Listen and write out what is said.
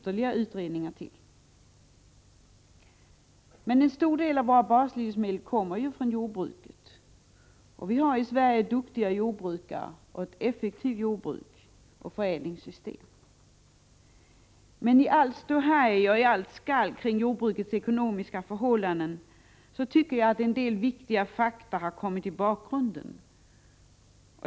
En stor del av våra baslivsmedel kommer från jordbruket, och vi har i Sverige duktiga jordbrukare och ett effektivt jordbruk och förädlingssystem. Men i allt ståhej kring jordbrukets ekonomiska förhållanden tycker jag att en del viktiga fakta har kommit i bakgrunden.